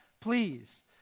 please